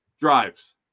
drives